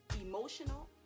emotional